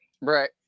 Right